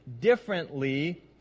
differently